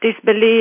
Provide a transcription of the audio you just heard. disbelief